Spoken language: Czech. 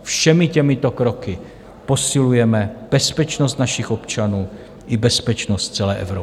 Všemi těmito kroky posilujeme bezpečnost našich občanů i bezpečnost celé Evropy.